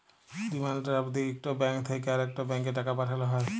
demand draft দিঁয়ে ইকট bank থ্যাইকে আরেকট ব্যাংকে টাকা পাঠাল হ্যয়